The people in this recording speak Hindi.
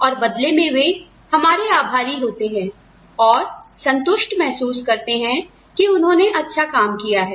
और बदले में वे हमारे आभारी होते हैं और संतुष्ट महसूस करते हैं कि उन्होंने अच्छा काम किया है